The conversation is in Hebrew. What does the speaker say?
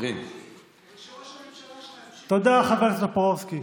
שראש הממשלה, תודה, חבר הכנסת טופורובסקי.